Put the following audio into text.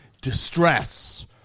Distress